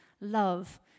love